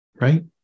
Right